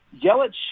Yelich